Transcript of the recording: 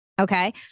Okay